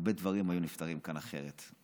הרבה דברים היו נפתרים כאן אחרת.